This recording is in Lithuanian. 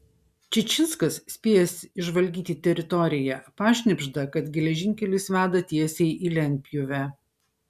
čičinskas spėjęs išžvalgyti teritoriją pašnibžda kad geležinkelis veda tiesiai į lentpjūvę